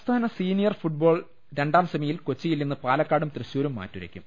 സംസ്ഥാന senior football രണ്ടാം സെമിയിൽ കൊച്ചി യിൽ ഇന്ന് പാലക്കാടും തൃശൂരും മാറ്റുരയ്ക്കും